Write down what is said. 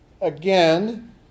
again